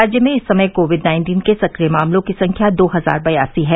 राज्य में इस समय कोविड नाइन्टीन के सक्रिय मामलों की संख्या दो हजार बयासी है